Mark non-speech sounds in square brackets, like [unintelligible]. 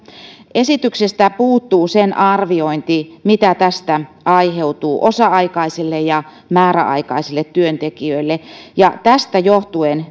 esityksestä puuttuu sen arviointi mitä tästä aiheutuu osa aikaisille ja määräaikaisille työntekijöille ja tästä johtuen [unintelligible]